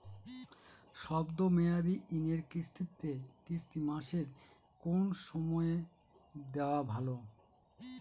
শব্দ মেয়াদি ঋণের কিস্তি মাসের কোন সময় দেওয়া ভালো?